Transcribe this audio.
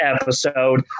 episode